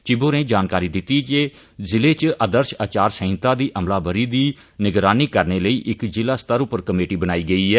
चिब होरें जानकारी दिती जे जिले च आदर्श आचार संहिता दी अमलाबरी दी निगरानी करने लेई इक जिला स्तर पर कमेटी बनाई गेई ऐ